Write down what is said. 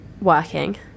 Working